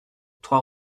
trois